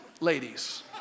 ladies